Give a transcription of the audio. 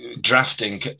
drafting